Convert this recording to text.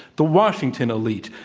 the washington elite.